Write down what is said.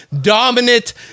dominant